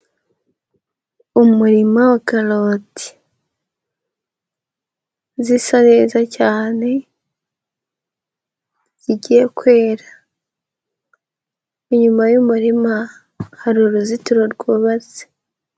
Umurima wa karoti zisa neza cyane, zigiye kwera, inyuma y'umurima hari uruzitiro rwubatse.